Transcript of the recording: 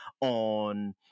on